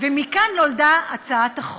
מכאן נולדה הצעת החוק.